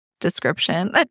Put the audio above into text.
description